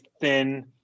thin